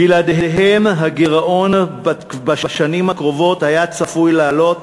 בלעדיהם הגירעון בשנים הקרובות היה צפוי לעלות